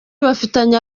bafitanye